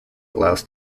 allows